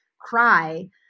cry